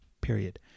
period